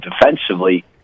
defensively